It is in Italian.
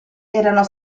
erano